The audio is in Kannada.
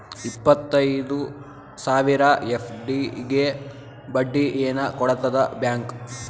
ಇಪ್ಪತ್ತೈದು ಸಾವಿರ ಎಫ್.ಡಿ ಗೆ ಬಡ್ಡಿ ಏನ ಕೊಡತದ ಬ್ಯಾಂಕ್?